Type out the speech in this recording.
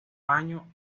año